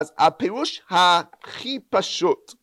אז הפירוש הכי פשוט.